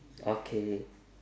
okay